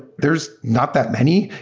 there's not that many,